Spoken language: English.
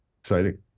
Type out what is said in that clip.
Exciting